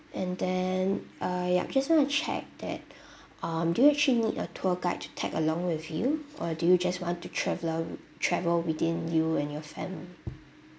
and then uh yup just want to check that um do you actually need a tour guide to tag along with you or do you just want to traveller travel within you and your family